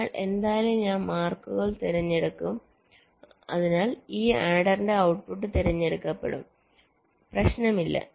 അതിനാൽ എന്തായാലും ഞാൻ മാർക്കുകൾ തിരഞ്ഞെടുക്കും അതിനാൽ ഈ ആഡറിന്റെ ഔട്ട്പുട്ട് തിരഞ്ഞെടുക്കപ്പെടും അതിനാൽ പ്രശ്നമില്ല